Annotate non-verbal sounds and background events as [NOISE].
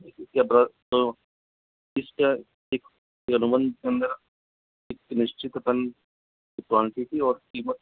इसके बाद तो फिक्स्ड [UNINTELLIGIBLE] एक निश्चित अपन क्वानटिटी और कीमत